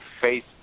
face